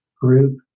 group